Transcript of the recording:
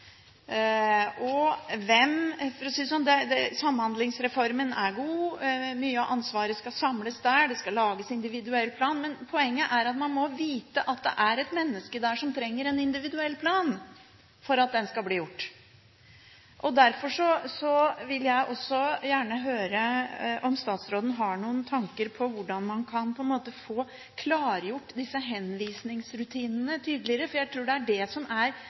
er god, mye av ansvaret skal samles der, det skal lages individuelle planer, men poenget er at man må vite at det er et menneske der som trenger en individuell plan, for at den skal bli laget. Derfor vil jeg også gjerne høre om statsråden har noen tanker om hvordan man kan få gjort disse henvisningsrutinene tydeligere, for jeg tror det er det man etterspør i denne interpellasjonen. Ikke det at det er